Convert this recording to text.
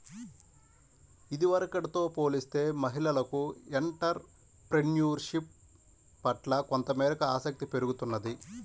ఇదివరకటితో పోలిస్తే మహిళలకు ఎంటర్ ప్రెన్యూర్షిప్ పట్ల కొంతమేరకు ఆసక్తి పెరుగుతున్నది